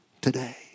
today